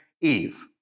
Eve